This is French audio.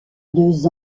deux